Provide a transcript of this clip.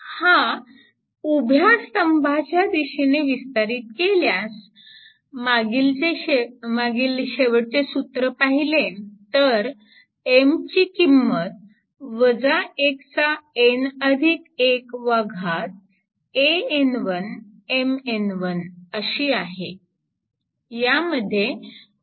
हा उभ्या स्तंभाच्या दिशेने विस्तारित केल्यास मागील शेवटचे सूत्र पाहिले तर M ची किंमत अशी आहे